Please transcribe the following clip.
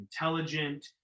intelligent